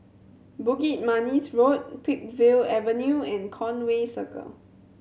Bukit Manis Road Peakville Avenue and Conway Circle